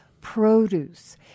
produce